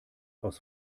aus